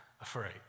afraid